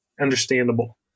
understandable